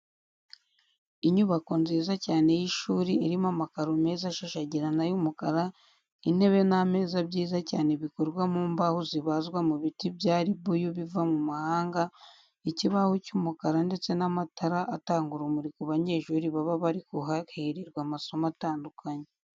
Inyubako nziza cyane y'ishuri irimo amakaro meza ashashagirana y'umukara, intebe n'ameza byiza cyane bikorwa mu mbaho zibazwa mu biti bya ribuyu biva mu mahanga, ikibaho cy'umukara ndetse n'amatara atanga urumuri ku banyeshuri baba bari kuhahererwa amasomo atandukanye.